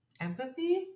empathy